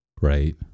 right